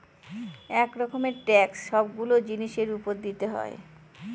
এক রকমের ট্যাক্স সবগুলো জিনিসের উপর দিতে হয়